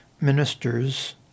ministers